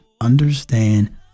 Understand